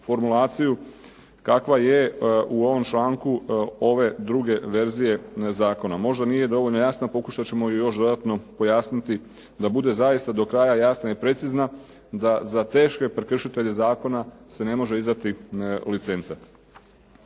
formulaciju kakva je u ovom članku ove druge verzije zakona. Možda nije dovoljno jasna. Pokušat ćemo ju još dodatno pojasniti da bude zaista do kraja jasna i precizna, da za teške prekršitelje zakona se ne može izdati licenca.